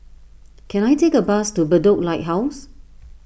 can I take a bus to Bedok Lighthouse